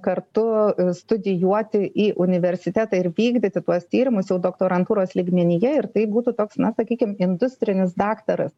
kartu studijuoti į universitetą ir vykdyti tuos tyrimus jau doktorantūros lygmenyje ir tai būtų toks na sakykim industrinis daktaras